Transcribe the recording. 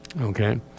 okay